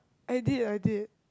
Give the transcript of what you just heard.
I did I did